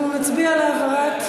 אנחנו נצביע על העברת,